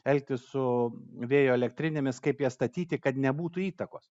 elgtis su vėjo elektrinėmis kaip jas statyti kad nebūtų įtakos